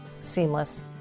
seamless